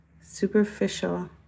superficial